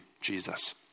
Jesus